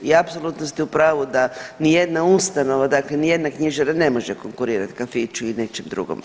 I apsolutno ste u pravu da ni jedna ustanova, dakle ni jedna knjižara ne može konkurirati kafiću ili nečem drugom.